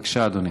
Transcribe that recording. בבקשה, אדוני.